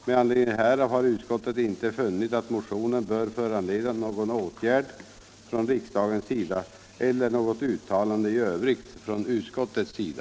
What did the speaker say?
Med anledning härav har utskottet inte funnit att motionen bör föranleda någon riksdagens åtgärd eller något uttalande i övrigt från utskottets sida.